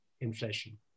inflation